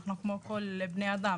אנחנו כמו כל בני האדם,